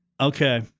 Okay